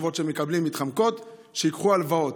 התשובות שהם מקבלים הן מתחמקות: שייקחו הלוואות.